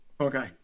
Okay